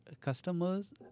customers